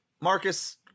Marcus